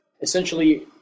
essentially